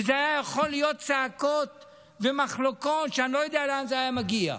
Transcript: וזה היה יכול להיות צעקות ומחלוקות שאני לא יודע לאן זה היה מגיע,